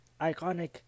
iconic